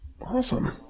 Awesome